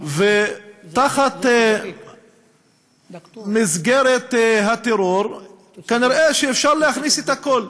ותחת מסגרת הטרור כנראה אפשר להכניס את הכול.